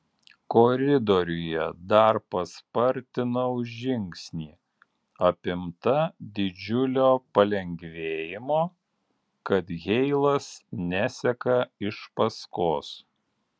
koridoriuje dar paspartinau žingsnį apimta didžiulio palengvėjimo kad heilas neseka iš paskos